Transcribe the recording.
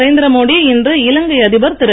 நரேந்திர மோடி இன்று இலங்கை அதிபர் திரு